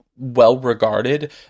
well-regarded